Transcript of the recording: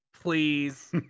please